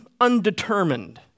undetermined